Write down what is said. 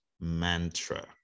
mantra